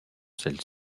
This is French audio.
celle